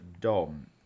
Dom